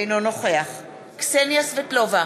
אינו נוכח קסניה סבטלובה,